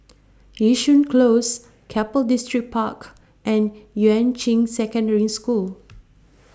Yishun Close Keppel Distripark and Yuan Ching Secondary School